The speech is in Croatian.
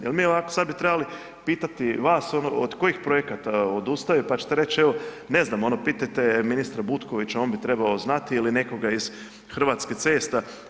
Jer mi ovako, sad bi trebali pitati vas, ono, od kojih projekata odustaju pa ćete reći, evo, ne znam, ono, pitajte ministra Butkovića, on bi trebao znati ili nekoga iz Hrvatskih cesta.